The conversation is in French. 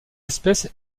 espèce